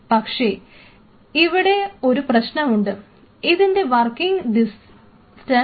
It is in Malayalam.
പക്ഷേ ഇവിടെ ഒരു പ്രശ്നമുണ്ട് ഇതിൻറെ വർക്കിംഗ് ഡിസ്റ്റൻസ്